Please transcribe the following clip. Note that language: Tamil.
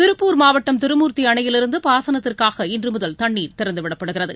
திருப்பூர் மாவட்டம் திருமூர்த்தி அணையிலிருந்து பாசனத்திற்காக இன்றுமுதல் தண்ணீர் திறந்துவிடப்படுகிறது